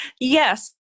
Yes